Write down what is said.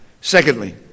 Secondly